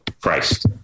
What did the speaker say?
Christ